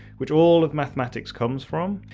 which all of mathematics comes from?